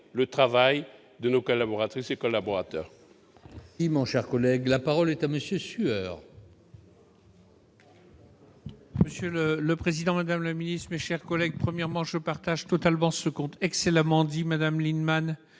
le travail de nos collaboratrices et de nos collaborateurs.